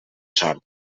sort